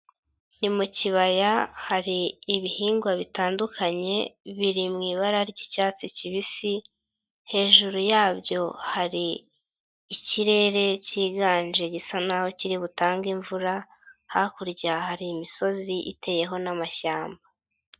Ni mu kibaya hari ibihingwa bitandukanye biri mu ibara ry'icyatsi kibisi, hejuru yabyo hari ikirere cyiganje gisa n'ahoho kiri butange imvura, hakurya hari imisozi iteyeho n'amashyamba.